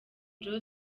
joe